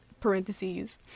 parentheses